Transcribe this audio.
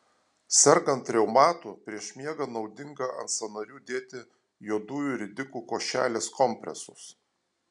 sergant reumatu prieš miegą naudinga ant sąnarių dėti juodųjų ridikų košelės kompresus